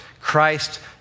Christ